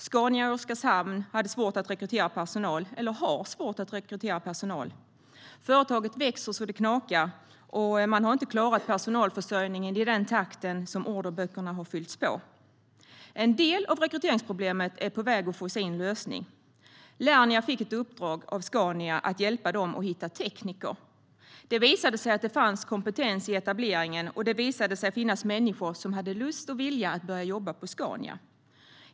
Scania i Oskarshamn har svårt att rekrytera personal. Företaget växer så det knakar och har inte klarat personalförsörjningen i den takt som orderböckerna har fyllts på. En del av rekryteringsproblemet är på väg att få sin lösning. Lernia fick ett uppdrag av Scania att hjälpa dem att hitta tekniker. Det visade sig att det fanns kompetens i etableringen, och det visade sig att det fanns människor som hade lust och vilja att börja jobba på Scania.